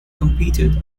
competed